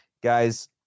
guys